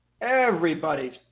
everybody's